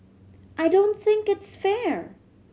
I don't think it's fair